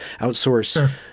outsource